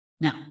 Now